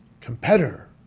competitor